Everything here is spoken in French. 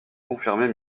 confirmer